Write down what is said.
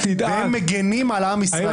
והם מגנים על עם ישראל.